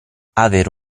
avere